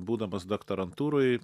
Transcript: būdamas doktorantūroj